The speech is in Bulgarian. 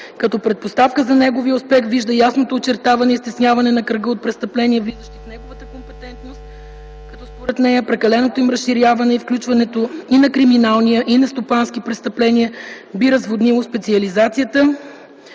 Като предпоставка за неговия успех вижда ясното очертаване и стесняване на кръга от престъпления, влизащи в неговата компетентност - прекаленото им разширяване и включването и на криминални, и на стопански престъпления би разводнило специализацията.